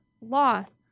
loss